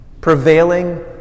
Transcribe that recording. prevailing